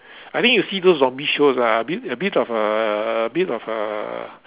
I think you see those zombie shows ah a bit a bit of uh a bit of uh